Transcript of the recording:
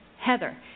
Heather